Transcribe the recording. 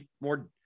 More